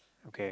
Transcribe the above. okay